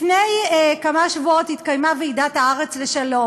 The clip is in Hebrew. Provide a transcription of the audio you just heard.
לפני כמה שבועות התקיימה ועידת הארץ לשלום.